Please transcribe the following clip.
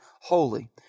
holy